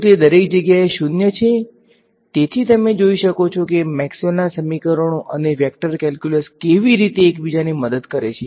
શું તે દરેક જગ્યાએ 0 છે તેથી તમે જોઈ શકો છો કે મેક્સવેલના સમીકરણો અને વેક્ટર કેલ્ક્યુલસ કેવી રીતે એકબીજાને મદદ કરે છે